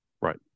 right